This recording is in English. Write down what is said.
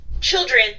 children